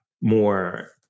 more